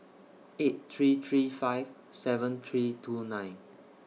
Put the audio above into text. eight three three five seven three two nine